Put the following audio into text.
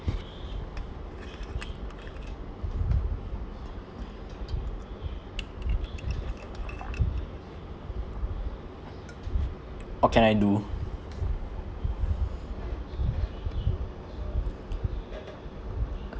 what can I do